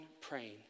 praying